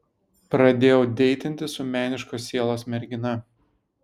pradėjau deitinti su meniškos sielos mergina